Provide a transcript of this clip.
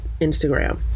Instagram